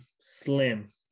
Slim